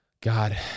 God